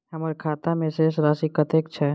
हम्मर खाता मे शेष राशि कतेक छैय?